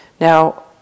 Now